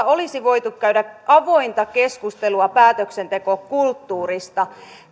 olisi voitu käydä avointa keskustelua päätöksentekokulttuurista